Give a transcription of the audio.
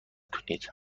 کنید